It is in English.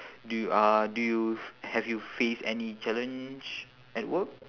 do uh do have you faced any challenge at work